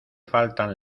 faltan